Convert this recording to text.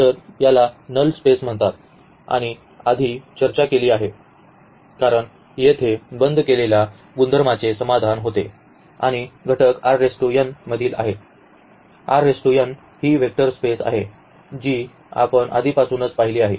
तर याला null space म्हणतात आणि आधी चर्चा केली आहे कारण येथे बंद केलेल्या गुणधर्मांचे समाधान होते आणि घटक मधील आहेत ही वेक्टर स्पेस आहे जी आपण आधीपासूनच पाहिली आहे